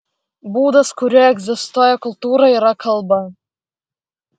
būdas kuriuo egzistuoja kultūra yra kalba